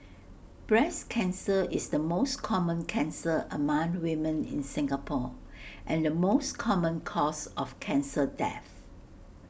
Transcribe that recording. breast cancer is the most common cancer among women in Singapore and the most common cause of cancer death